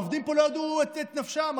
העובדים פה לא ידעו את נפשם.